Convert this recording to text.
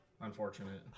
Unfortunate